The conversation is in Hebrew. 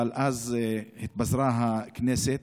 אבל אז התפזרה הכנסת,